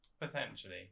Potentially